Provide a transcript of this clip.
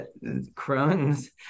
Crohn's